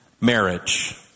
marriage